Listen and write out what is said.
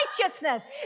righteousness